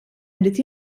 irid